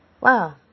Wow